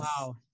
Wow